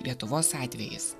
lietuvos atvejis